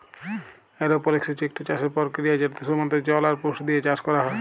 এরওপলিক্স হছে ইকট চাষের পরকিরিয়া যেটতে শুধুমাত্র জল আর পুষ্টি দিঁয়ে চাষ ক্যরা হ্যয়